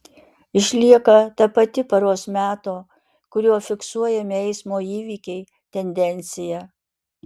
išlieka ta pati paros meto kuriuo fiksuojami eismo įvykiai tendencija